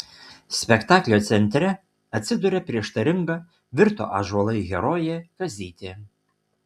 spektaklio centre atsiduria prieštaringa virto ąžuolai herojė kazytė